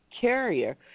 carrier